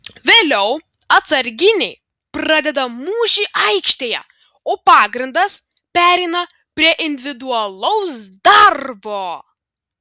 vėliau atsarginiai pradeda mūšį aikštėje o pagrindas pereina prie individualaus darbo